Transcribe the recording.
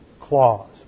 clause